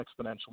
exponentially